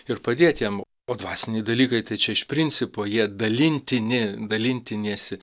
ir padėt jam o dvasiniai dalykai tai čia iš principo jie dalinti dalintiniesi